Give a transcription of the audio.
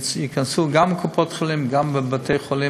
שייכנסו גם לקופת-חולים וגם לבתי-חולים.